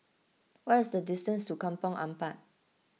what is the distance to Kampong Ampat